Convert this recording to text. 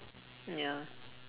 ya